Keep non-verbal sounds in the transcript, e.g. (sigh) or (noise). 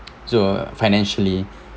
(noise) so financially